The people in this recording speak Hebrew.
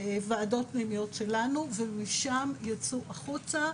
ועדות פנימיות שלנו, ומשם ייצאו החוצה